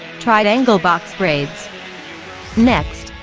triangle box braids next,